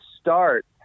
start